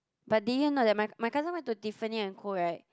but did you know that my my cousin went to Tiffany and Co right